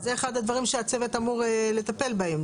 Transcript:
וזה אחד הדברים שהצוות אמור לטפל בהם.